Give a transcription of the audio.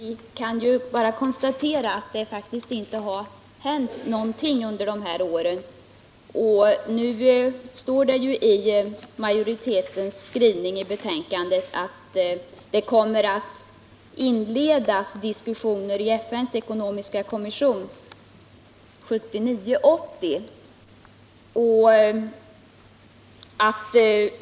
Herr talmau! Vi kan bara konstatera att det faktiskt inte har hänt någonting under de senaste åren. I majoritetens skrivning i betänkandet står det att det kommer att inledas diskussioner i FN:s ekonomiska kommission årsskiftet 1979-1980.